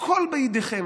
הכול בידיכם.